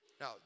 Now